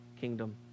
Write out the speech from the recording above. kingdom